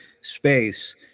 space